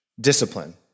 discipline